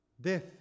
Death